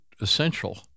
essential